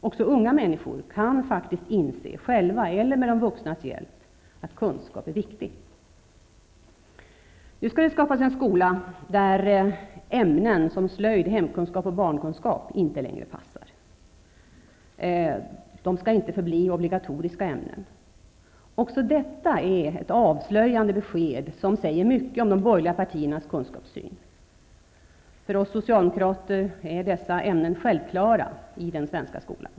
Också unga människor kan faktiskt inse, själva eller med de vuxnas hjälp, att kunskap är viktigt. Nu skall det skapas en skola där ämnen som slöjd, hemkunskap och barnkunskap inte längre passar. De skall inte förbli obligatoriska ämnen. Detta är också ett avslöjande besked som säger mycket om de borgerliga partiernas kunskapssyn. För oss socialdemokrater är dessa ämnen självklara i den svenska skolan.